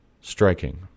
striking